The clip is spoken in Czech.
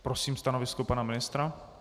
Prosím stanovisko pana ministra.